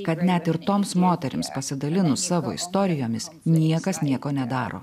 kad net ir toms moterims pasidalinus savo istorijomis niekas nieko nedaro